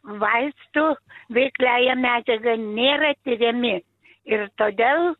vaistu veikliąja medžiaga nėra tiriami ir todėl